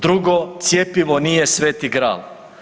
Drugo, cjepivo nije Sveti gral.